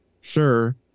sure